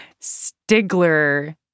Stigler